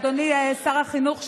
אדוני שר החינוך,